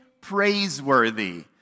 praiseworthy